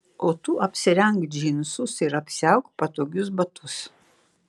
o tu apsirenk džinsus ir apsiauk patogius batus